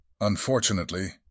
Unfortunately